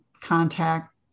contact